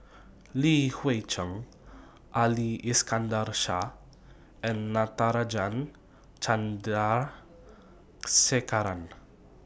Li Hui Cheng Ali Iskandar Shah and Natarajan Chandrasekaran